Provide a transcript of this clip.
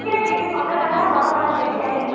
କିଏ କେମିତି ସଜଟା ନା ବରଫଟା ଦେଖିବା ଟିକିଏ